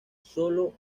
solo